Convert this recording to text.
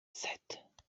sept